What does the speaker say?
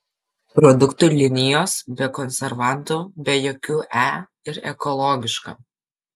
produktų linijos be konservantų be jokių e ir ekologiška